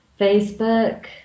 Facebook